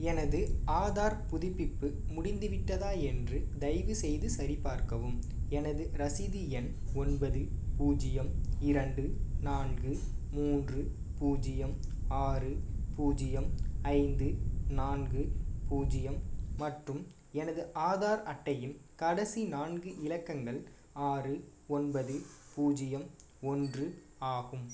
எனது ஆதார் புதுப்பிப்பு முடிந்துவிட்டதா என்று தயவுசெய்து சரிபார்க்கவும் எனது ரசீது எண் ஒன்பது பூஜ்ஜியம் இரண்டு நான்கு மூன்று பூஜ்ஜியம் ஆறு பூஜ்ஜியம் ஐந்து நான்கு பூஜ்ஜியம் மற்றும் எனது ஆதார் அட்டையின் கடைசி நான்கு இலக்கங்கள் ஆறு ஒன்பது பூஜ்ஜியம் ஒன்று ஆகும்